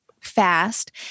fast